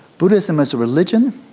buddhism as a religion?